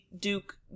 Duke